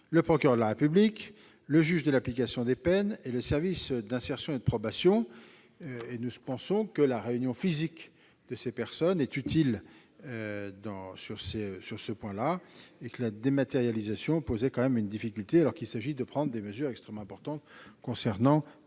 le procureur de la République, le juge de l'application des peines et le service d'insertion et de probation. Nous pensons que la réunion physique de ces personnes est utile. La dématérialisation pose tout de même problème, dans la mesure où il s'agit de prendre des mesures extrêmement importantes concernant les détenus.